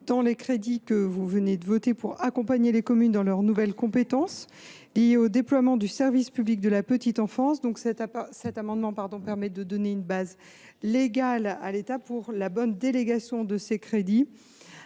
dans les crédits que vous venez de voter pour accompagner les communes dans leurs nouvelles compétences liées au déploiement du service public de la petite enfance. Cet amendement vise à donner une base légale à l’État pour la bonne délégation de ces crédits,